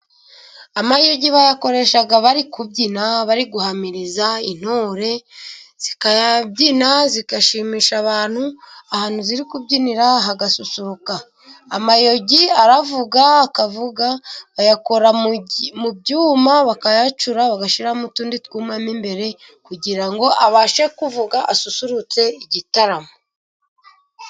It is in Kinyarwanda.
Amayogi bayakoresha bari kubyina bari guhamiriza, intore zikabyina zigashimisha abantu, ahantu ziri kubyinira hagasusuruka, amayogi aravuga, akavuga, bayakora mu byuma bakayacura, bagashyiramo utundi twuma mo imbere, kugira ngo abashe kuvuga asusurutse igitaramo.